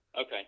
Okay